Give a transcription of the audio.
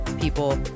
people